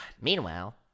Meanwhile